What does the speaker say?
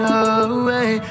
away